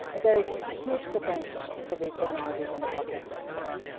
there's huge potential for these technologies in the public sector.